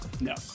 No